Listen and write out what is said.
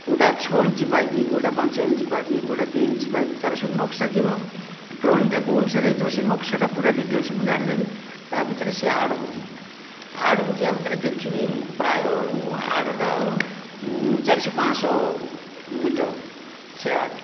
କେଉଁଟା ଛଅ inch pipe କେଉଁଟା ପାଞ୍ଚ ଇଞ୍ଚ ପାଇପ୍ କେଉଁଟା ଦୁଇ ଇଞ୍ଚ ପାଇପ୍ ତା'ର ସବୁ ନକ୍ସା ଥିବ ଡ୍ରଇଂଟା କେଉଁ ଅନୁସାରେ ହୋଇଥିବ ସେ ନକ୍ସାଟା ପୁରା ଡିଟେଲସ୍ ଜାଣିଦେଵି ତା'ପରେ ଭିତରେ ସେ ୟାର୍ଡ଼କୁ ଯିବି ୟାର୍ଡ଼କୁ ଯିବା ଭିତରେ ଦେଖିବି ପ୍ରାୟ ୟାର୍ଡ଼ଟା ଚାରିଶହ ପାଞ୍ଚଶହ ମିଟର ସେ ୟାର୍ଡ଼